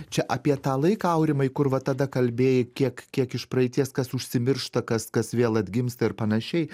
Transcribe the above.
čia apie tą laiką aurimai kur va tada kalbėjai kiek kiek iš praeities kas užsimiršta kas kas vėl atgimsta ir panašiai